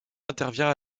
intervient